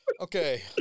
Okay